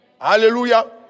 Hallelujah